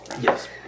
Yes